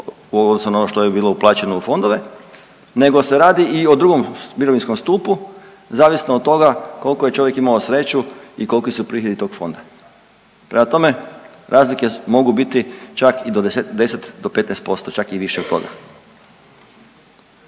za ono što je bilo uplaćeno u fondove, nego se radi i o drugom mirovinskom stupu, zavisno od toga koliko je čovjek imao sreću i koliki su prihodi tog fonda. Prema tome, razlike mogu biti čak i do 10 do 15%, čak i više od toga.